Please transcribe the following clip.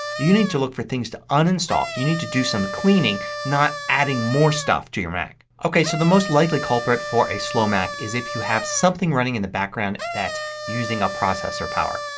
you need to look for things to uninstall. you need to do some cleaning not adding more stuff to your mac. okay, so the most likely culprit for a slow mac is if you have something running in the background that is using up processor power.